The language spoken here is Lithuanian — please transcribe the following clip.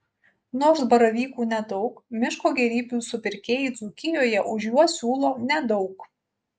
nors baravykų nedaug miško gėrybių supirkėjai dzūkijoje už juos siūlo nedaug